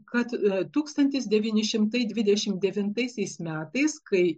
kad ir tūkstantis devyni šimtai dvidešimt devintaisiais metais kai